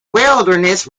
wilderness